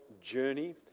journey